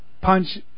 punch